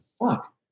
fuck